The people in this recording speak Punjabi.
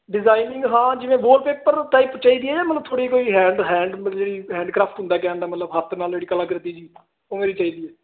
ਡਿਜਾਇਨਿੰਗ ਹਾਂ ਜਿਵੇਂ ਵੋਲਪੇਪਰ ਟਾਈਪ ਚਾਹੀਦੀ ਹੈ ਜਾਂ ਮੈਨੂੰ ਥੋੜ੍ਹੀ ਕੋਈ ਹੈਂਡ ਹੈਂਡ ਮਤਲਬ ਜਿਹੜੀ ਹੈਂਡ ਕਰਾਫਟ ਹੁੰਦਾ ਕਹਿਣ ਦਾ ਮਤਲਬ ਹੱਥ ਨਾਲ ਜਿਹੜੀ ਕਲਾਕ੍ਰਿਤੀ ਜਿਹੀ ਉਵੇਂ ਦੀ ਚਾਹੀਦੀ ਹੈ